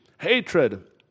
hatred